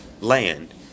land